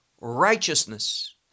righteousness